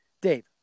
Dave